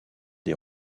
des